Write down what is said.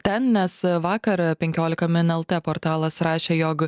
ten mes vakar penkiolika min lt portalas rašė jog